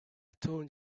told